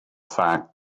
fact